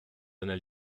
seiner